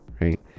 right